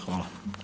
Hvala.